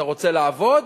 אתה רוצה לעבוד?